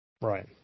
Right